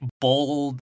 bold